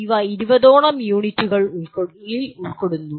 ഇവ 20 ഓളം യൂണിറ്റുകൾ ഉൾക്കൊള്ളുന്നു